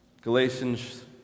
Galatians